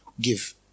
give